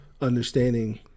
understanding